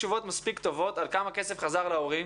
תשובות מספיק טובות על כמה כסף חזר להורים,